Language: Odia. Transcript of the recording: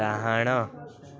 ଡାହାଣ